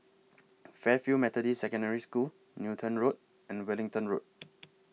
Fairfield Methodist Secondary School Newton Road and Wellington Road